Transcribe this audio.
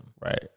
right